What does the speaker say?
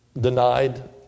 denied